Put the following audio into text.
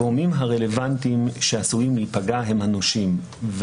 הגורמים הרלוונטיים שעשויים להיפגע הם הנושים.